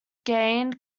gained